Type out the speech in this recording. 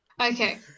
Okay